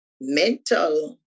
mental